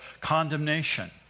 condemnation